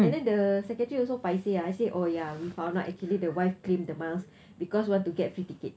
and then the secretary also paiseh ah I said oh ya we found out actually the wife claim the miles because want to get free ticket